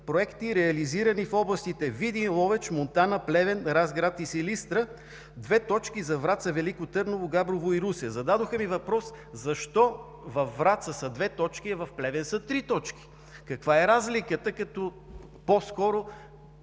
проекти, реализирани в областите Видин, Ловеч, Монтана, Плевен, Разград и Силистра, две точки – за Враца, Велико Търново, Габрово и Русе. Зададохме Ви въпрос: защо във Враца са две точки, а в Плевен са три точки? Каква е разликата, след като